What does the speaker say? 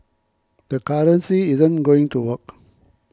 the currency isn't going to work